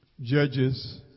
Judges